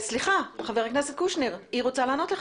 סליחה, חבר הכנסת קושניר, היא רוצה לענות לך.